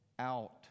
out